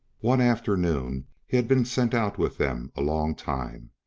one afternoon he had been sent out with them a long time,